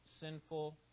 sinful